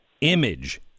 image